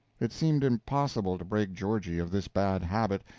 it seemed impossible to break georgie of this bad habit,